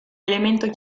elemento